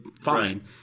Fine